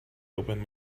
open